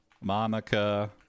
Monica